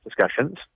discussions